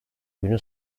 günü